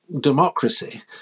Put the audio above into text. democracy